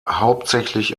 hauptsächlich